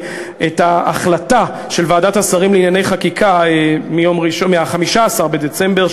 את ההחלטה של ועדת השרים לענייני חקיקה מ-15 בדצמבר,